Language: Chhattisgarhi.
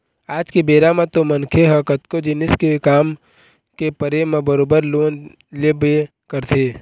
आज के बेरा म तो मनखे ह कतको जिनिस के काम के परे म बरोबर लोन लेबे करथे